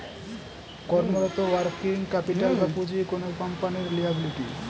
কর্মরত working capital বা পুঁজি কোনো কোম্পানির লিয়াবিলিটি